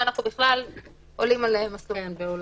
ואנחנו בכלל עולים על מסלול אחר.